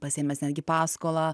pasiėmęs netgi paskolą